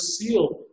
sealed